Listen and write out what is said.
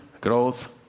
growth